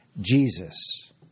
Jesus